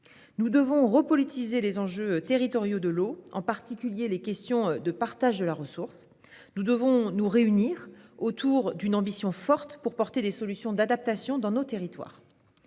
Nous devons repolitiser les enjeux territoriaux de l'eau, en particulier les questions de partage de la ressource. Nous devons nous réunir autour d'une ambition forte pour favoriser des solutions d'adaptation dans nos territoires.